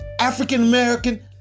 African-American